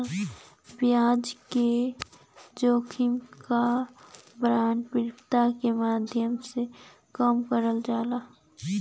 ब्याज दर जोखिम क बांड परिपक्वता के माध्यम से कम करल जा सकला